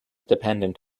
dependent